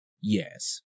Yes